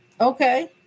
Okay